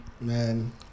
man